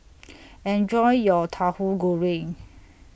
Enjoy your Tahu Goreng